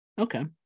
okay